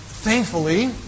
Thankfully